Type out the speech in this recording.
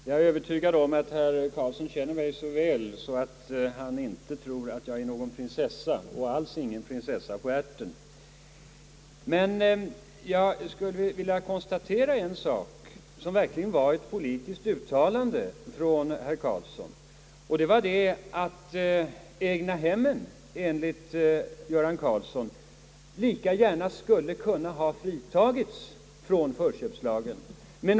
Jag är övertygad om att herr Göran Karlsson känner mig så väl att han inte tror att jag är någon prinsessa och ännu mindre någon prinsessa på ärten. Herr Karlsson gjorde ett politiskt uttalande, nämligen att egnahemmen enligt herr Karlsson lika gärna skulle kunna fritas från förköpsrätten.